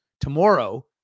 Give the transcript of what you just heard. tomorrow